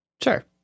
Sure